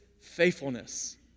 faithfulness